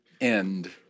end